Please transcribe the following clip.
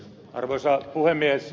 arvoisa puhemies